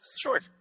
Sure